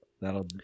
That'll